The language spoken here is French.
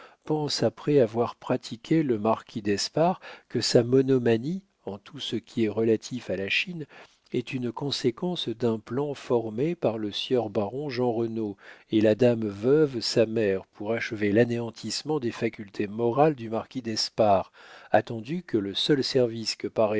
pensent après avoir pratiqué le marquis d'espard que sa monomanie en tout ce qui est relatif à la chine est une conséquence d'un plan formé par le sieur baron jeanrenaud et la dame veuve sa mère pour achever l'anéantissement des facultés morales du marquis d'espard attendu que le seul service que